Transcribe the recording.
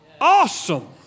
awesome